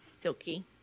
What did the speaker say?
silky